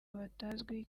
batazwi